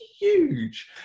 huge